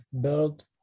build